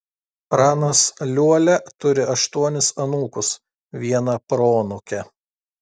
pranas liuolia turi aštuonis anūkus vieną proanūkę